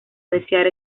desear